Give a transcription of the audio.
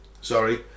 Sorry